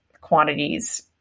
quantities